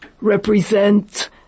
represent